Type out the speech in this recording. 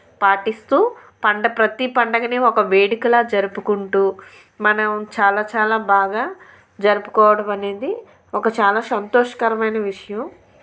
పాటిస్తూ పండ ప్రతి పండగనే ఒక వేడుకల జరుపుకుంటూ మనం చాలా చాలా బాగా జరుపుకోవడం అనేది ఒక చాలా సంతోషకరమైన విషయం